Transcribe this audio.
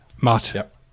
Matt